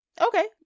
Okay